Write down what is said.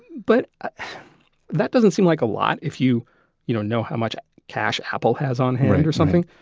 but that doesn't seem like a lot if you you know know how much cash apple has on hand or something.